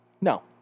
No